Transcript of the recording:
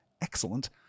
excellent